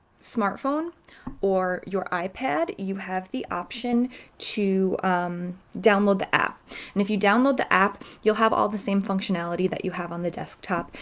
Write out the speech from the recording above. smartphone or your ipad you have the option to download the app and if you download the app you'll have all the same functionality that you have on the desktop.